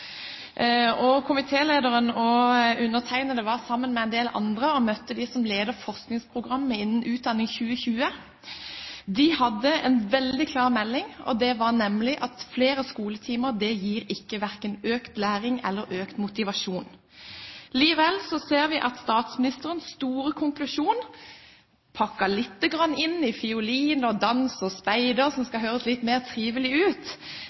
og undertegnede møtte sammen med en del andre dem som ledet forskningsprogrammet Utdanning 2020. De hadde en veldig klar melding, og det var at flere skoletimer gir verken økt læring eller økt motivasjon. Likevel ser vi at statsministerens store konklusjon, pakket lite grann inn i fiolin og dans og speideren, så det skal høres litt mer trivelig ut,